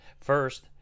First